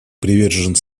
привержены